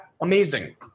amazing